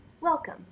Welcome